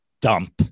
dump